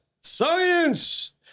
Science